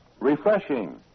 refreshing